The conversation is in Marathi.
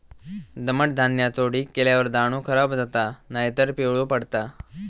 दमट धान्याचो ढीग केल्यार दाणो खराब जाता नायतर पिवळो पडता